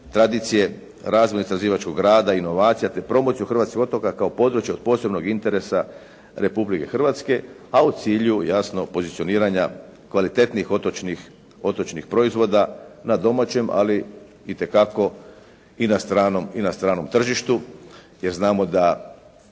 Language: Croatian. tradicije, razvoj istraživačkog rada, inovaciju te promociju hrvatskih otoka kao područja od posebnog interesa Republike Hrvatske, a u cilju jasno pozicioniranja kvalitetnih otočnih proizvoda na domaćem, ali itekako i na stranom tržištu. Jer znamo da